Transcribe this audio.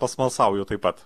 pasmalsauju taip pat